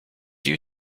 you